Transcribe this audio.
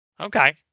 Okay